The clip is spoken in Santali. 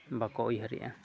ᱵᱟᱠᱚ ᱩᱭᱦᱟᱹᱨᱮᱜᱼᱟ